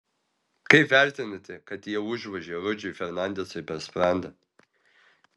kaip vertinate kad jie užvožė rudžiui fernandezui per sprandą